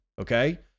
okay